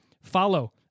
follow